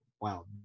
wow